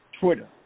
Twitter